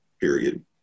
period